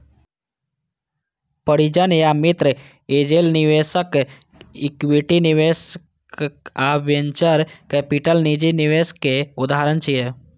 परिजन या मित्र, एंजेल निवेशक, इक्विटी निवेशक आ वेंचर कैपिटल निजी निवेशक उदाहरण छियै